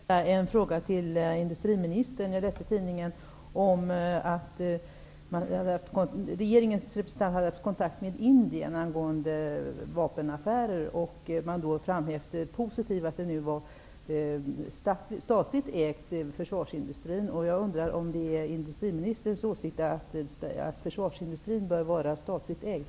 Fru talman! Jag skulle vilja ställa en fråga till näringsministern. Jag läste i tidningen att regeringens representant hade haft kontakt med Indien angående vapenaffärer och att man då hade framhävt det positiva att försvarsindustrin nu var statligt ägd. Jag undrar om det är näringsministerns åsikt att försvarsindustrin bör vara statligt ägd.